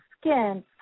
Skin